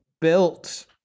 built